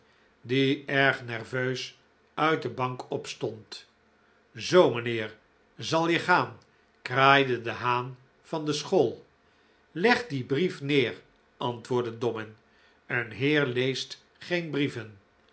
die erg nerveus uit de bank opstond zoo mijnheer zal je gaan kraaide de haan van de school leg dien brief neer antwoordde dobbin een heer leest geen brieven